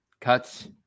cuts